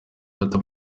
data